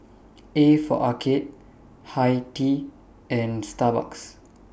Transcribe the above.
A For Arcade Hi Tea and Starbucks